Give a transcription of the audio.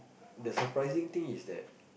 the surprising thing is that